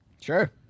sure